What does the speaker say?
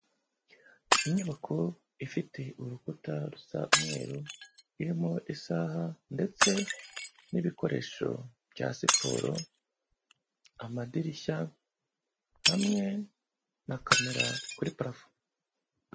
inyubako ifite urukuta rusa umweru, irimo isaha ndetse n'ibikoresho bya siporo, amadirishya hamwe na kamera kuri parafo.